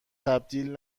تبدیل